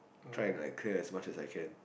try and like curse as much as I can